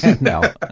no